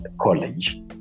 college